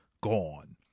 gone